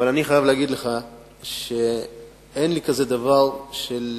אבל אני חייב להגיד לך שאין לי דבר כזה של